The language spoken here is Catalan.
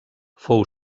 fou